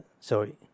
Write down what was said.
sorry